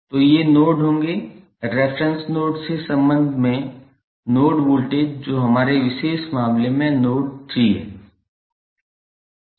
तो ये नोड होंगे रेफेरेंस नोड के संबंध में नोड वोल्टेज जो हमारे विशेष मामले में नोड 3 है